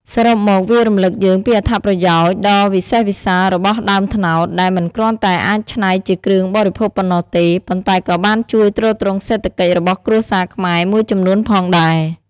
សរុបមក វារំឭកយើងពីអត្ថប្រយោជន៍ដ៏វិសេសវិសាលរបស់ដើមត្នោត ដែលមិនគ្រាន់តែអាចច្នៃជាគ្រឿងបរិភោគប៉ុណ្ណោះទេ ប៉ុន្តែក៏បានជួយទ្រទ្រង់សេដ្ឋកិច្ចរបស់គ្រួសារខ្មែរមួយចំនួនផងដែរ។